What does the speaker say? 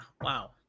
Wow